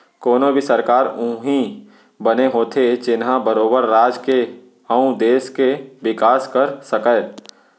कोनो भी सरकार उही बने होथे जेनहा बरोबर राज के अउ देस के बिकास कर सकय